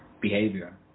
behavior